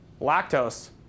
lactose